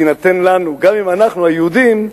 תינתן לנו, גם אם אנחנו, היהודים,